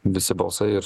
visi balsai ir